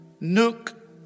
nook